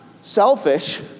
selfish